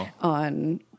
on